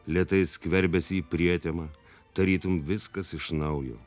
lėtai skverbiasi į prietemą tarytum viskas iš naujo